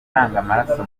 amaraso